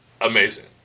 amazing